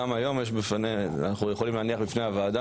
גם היום אנחנו ויכולים להניח בפני הוועדה